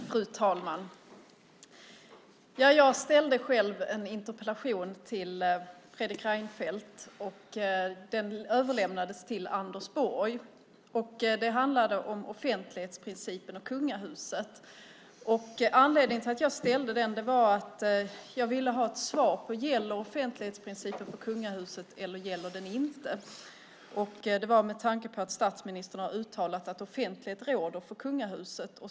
Fru talman! Jag ställde själv en interpellation till Fredrik Reinfeldt. Den överlämnades till Anders Borg. Det handlade om offentlighetsprincipen och kungahuset. Anledningen till att jag ställde den var att jag ville ha ett svar på om offentlighetsprincipen gäller för kungahuset eller inte. Det var med tanke på att statsministern har uttalat att offentlighet råder för kungahuset.